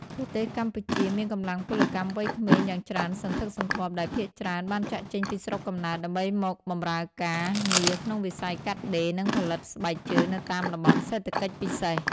ប្រទេសកម្ពុជាមានកម្លាំងពលកម្មវ័យក្មេងយ៉ាងច្រើនសន្ធឹកសន្ធាប់ដែលភាគច្រើនបានចាកចេញពីស្រុកកំណើតដើម្បីមកបម្រើការងារក្នុងវិស័យកាត់ដេរ និងផលិតស្បែកជើងនៅតាមតំបន់សេដ្ឋកិច្ចពិសេស។